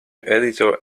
editor